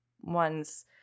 one's